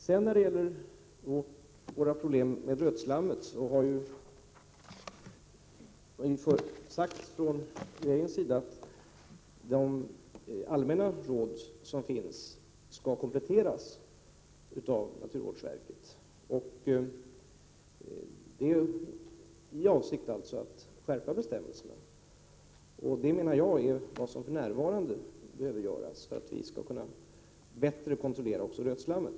Beträffande rötslammet har ju regeringen sagt att de allmänna råd som finns skall kompletteras av naturvårdsverket i avsikt att skärpa bestämmelserna. Det är vad som för närvarande behöver göras för att vi bättre skall kunna kontrollera också rötslammet.